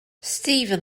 stephen